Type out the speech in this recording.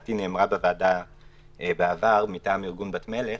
שלדעתי נאמרה בוועדה בעבר מטעם ארגון בת מלך,